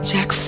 Jack